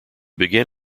began